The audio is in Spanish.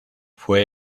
fue